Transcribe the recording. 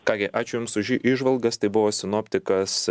ką gi ačiū jums už į įžvalgas tai buvo sinoptikas